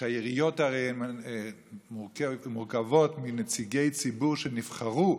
הרי העיריות מורכבות מנציגי ציבור שנבחרו,